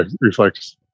reflects